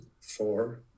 four